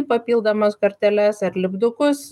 papildomas korteles ar lipdukus